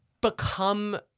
become